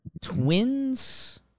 Twins